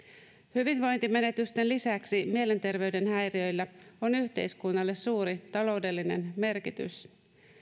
hyvinvointimenetysten lisäksi mielenterveyden häiriöillä on yhteiskunnalle suuri taloudellinen merkitys